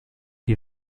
die